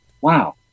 wow